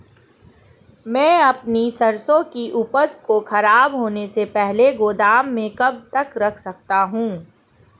मैं अपनी सरसों की उपज को खराब होने से पहले गोदाम में कब तक रख सकता हूँ?